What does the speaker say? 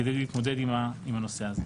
כדי להתמודד עם הנושא הזה.